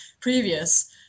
previous